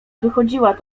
wychodziła